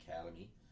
Academy